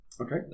Okay